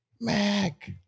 Mac